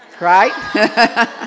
right